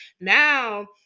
Now